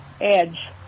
edge